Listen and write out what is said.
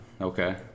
Okay